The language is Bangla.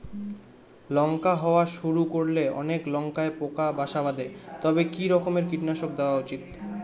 লঙ্কা হওয়া শুরু করলে অনেক লঙ্কায় পোকা বাসা বাঁধে তবে কি রকমের কীটনাশক দেওয়া উচিৎ?